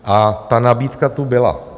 A ta nabídka tu byla.